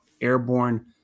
airborne